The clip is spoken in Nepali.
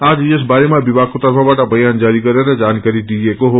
आज यस बारेमा विमागको तर्फबाट बयान जारी गरेर जानकारी दिइएको हो